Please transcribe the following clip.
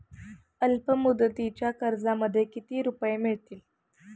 अल्पमुदतीच्या कर्जामध्ये किती रुपये मिळतील?